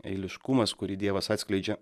eiliškumas kurį dievas atskleidžia